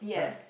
right